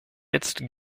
jetzt